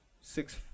six